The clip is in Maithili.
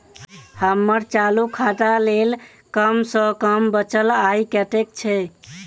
हम्मर चालू खाता लेल कम सँ कम बचल पाइ कतेक छै?